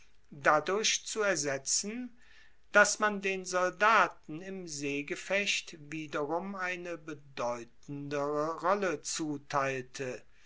dadurch zu ersetzen dass man den soldaten im seegefecht wiederum eine bedeutendere rolle zuteilte